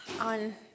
On